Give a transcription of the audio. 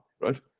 right